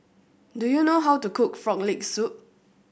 do you know how to cook Frog Leg Soup